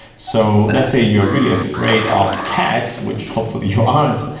so let's say you are really afraid of cats, which hopefully you aren't,